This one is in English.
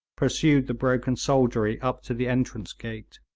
pursued the broken soldiery up to the entrance gate.